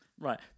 Right